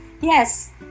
Yes